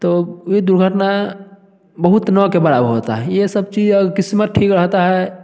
तो ये दुर्घटना बहुत न के बराबर होता है ये सब चीज किस्मत ठीक रहता है